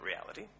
reality